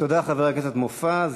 תודה לחבר הכנסת מופז.